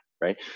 Right